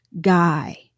guy